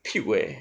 体会